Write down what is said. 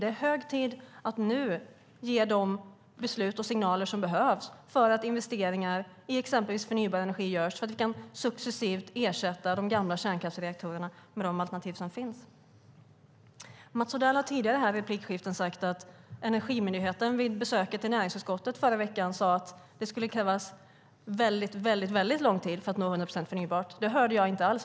Det är hög tid att nu ge de beslut och signaler som behövs för att investeringar i exempelvis förnybar energi görs, så att vi successivt kan ersätta de gamla kärnkraftsreaktorerna med de alternativ som finns. Mats Odell har i tidigare replikskiften sagt att Energimyndigheten vid besöket i näringsutskottet i förra veckan sade att det skulle krävas väldigt lång tid för att nå 100 procent förnybart. Det hörde jag inte alls.